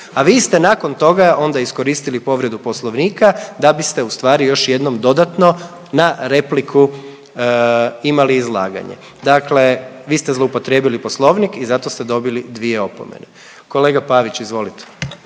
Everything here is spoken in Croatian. a vi ste nakon toga onda iskoristili povredu Poslovnika da biste ustvari još jednom dodatno na repliku imali izlaganje. Dakle, vi ste zloupotrijebili Poslovnik i zato ste dobili dvije opomene. Kolega Pavić, izvolite.